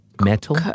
metal